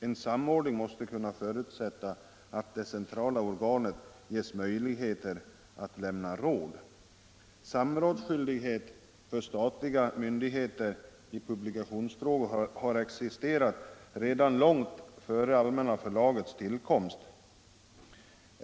En samordning måste kunna förutsätta att det centrala organet ges möjligheter att lämna råd. Samrådsskyldighet för statliga myndigheter i publikationsfrågor har existerat redan långt före Allmänna Förlagets tillkomst.